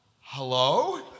hello